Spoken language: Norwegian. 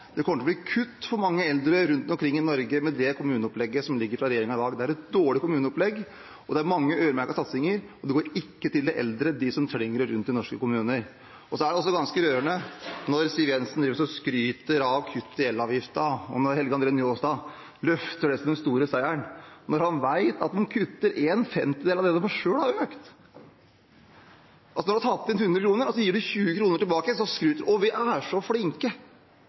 Det kommer til å bli kutt for mange eldre rundt omkring i Norge med det kommuneopplegget som foreligger fra regjeringen i dag. Det er et dårlig kommuneopplegg. Det er mange øremerkede satsinger, og det går ikke til de eldre, de som trenger det, rundt i norske kommuner. Så er det også ganske rørende når Siv Jensen driver og skryter av kutt i elavgiften, og når Helge André Njåstad løfter det som den store seieren, når han vet at han kutter en femtedel av det de selv har økt. Altså – når du har tatt inn 100 kr, og så gir 20 kroner tilbake, så skryter du: Vi er så flinke,